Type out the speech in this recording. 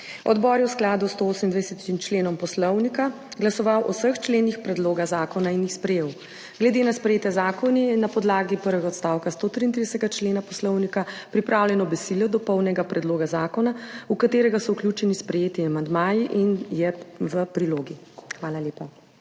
Odbor je v skladu s 128. členom Poslovnika glasoval o vseh členih predloga zakona in jih sprejel. Glede na sprejetje zakona je na podlagi prvega odstavka 133. člena Poslovnika pripravljeno besedilo dopolnjenega predloga zakona, v katerega so vključeni sprejeti amandmaji in je v prilogi. Hvala lepa.